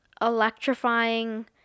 electrifying